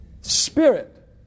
spirit